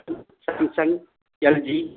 Samsung LG